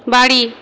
বাড়ি